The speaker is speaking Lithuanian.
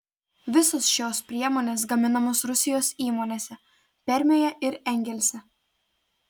visos šios priemonės gaminamos rusijos įmonėse permėje ir engelse